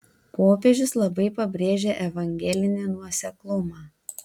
popiežius labai pabrėžia evangelinį nuoseklumą